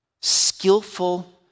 skillful